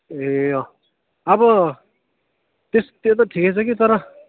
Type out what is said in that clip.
ए अँ अब त्यस त्यो त ठिकै छ कि तर